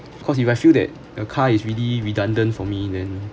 because if I feel that a car is really redundant for me then